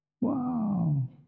Wow